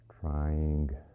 trying